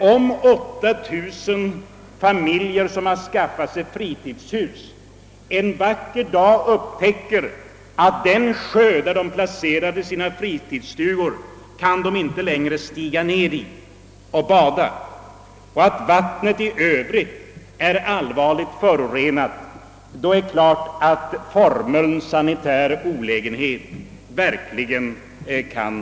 Om 8 000 familjer, som skaffat sig fritidshus i ett område, en vacker dag upptäcker att de inte längre kan bada i den sjö, vid vilken de placerat sina fritidsstugor, på grund av att vattnet är förorenat, då är det självklart att formeln om sanitär olägenhet kan tilllämpas.